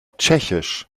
tschechisch